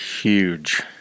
Huge